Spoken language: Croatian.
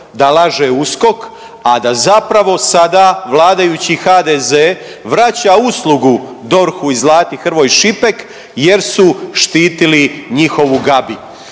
da laže USKOK, a da zapravo sada vladajući HDZ vraća uslugu DORH-u i Zlati Hrvoj Šipek jer su štitili njihovu Gabi.